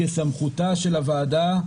כסמכותה של הוועדה,